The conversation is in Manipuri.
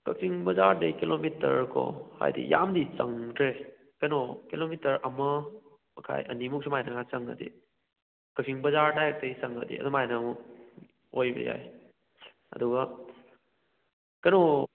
ꯀꯛꯆꯤꯡ ꯕꯥꯖꯥꯔꯗꯩ ꯀꯤꯂꯣꯃꯤꯇꯔꯀꯣ ꯍꯥꯏꯗꯤ ꯌꯥꯝꯅꯗꯤ ꯆꯪꯗ꯭ꯔꯦ ꯀꯩꯅꯣ ꯀꯤꯂꯣꯃꯤꯇꯔ ꯑꯃ ꯃꯈꯥꯏ ꯑꯅꯤꯃꯨꯛ ꯁꯨꯃꯥꯏꯅꯒ ꯆꯪꯉꯗꯤ ꯀꯛꯆꯤꯡ ꯕꯥꯖꯥꯔ ꯗꯥꯏꯔꯦꯛꯇꯒꯤ ꯆꯪꯉꯗꯤ ꯑꯗꯨꯃꯥꯏꯅ ꯑꯃꯨꯛ ꯑꯣꯏꯕ ꯌꯥꯏ ꯑꯗꯨꯒ ꯀꯩꯅꯣ